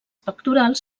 pectorals